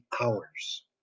hours